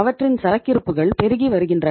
அவற்றின் சரக்கிருப்புகள் பெருகி வருகின்றன